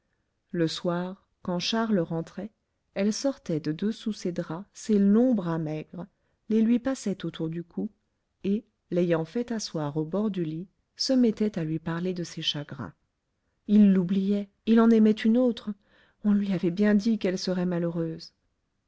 le soir quand charles rentrait elle sortait de dessous ses draps ses longs bras maigres les lui passait autour du cou et l'ayant fait asseoir au bord du lit se mettait à lui parler de ses chagrins il l'oubliait il en aimait une autre on lui avait bien dit qu'elle serait malheureuse